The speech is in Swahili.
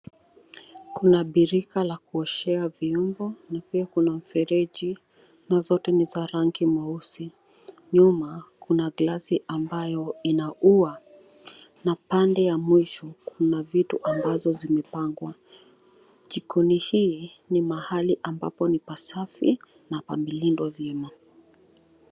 Kuna birika la kuoshea vyombo na pia kuna mfereji na zote ni za rangi mweusi. Nyuma kuna glassi ambayo ina ua na pande ya mwisho kuna vitu ambazo zimepangwa jikoni hii ni mahali ambapo ni pasafi na pamelindwa vyema.